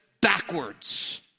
backwards